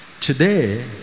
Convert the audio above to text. Today